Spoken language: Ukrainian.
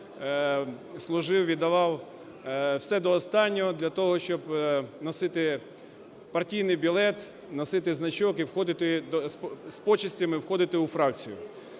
служив, віддавав все до останнього для того, щоб носити партійний білет, носити значок і входити, з почестями входити у фракцію.